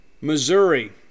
missouri